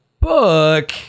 book